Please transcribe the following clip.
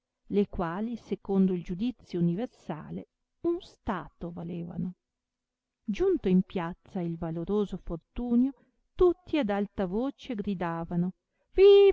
le quali secondo il giudizio universale un stato valevano giunto in piazza il valoroso fortunio tutti ad alta voce gridavano